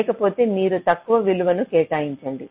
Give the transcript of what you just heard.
లేకపోతే మీరు తక్కువ విలువను కేటాయించండి